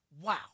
wow